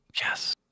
Yes